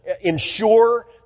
ensure